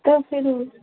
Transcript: तो फिर